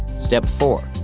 step four.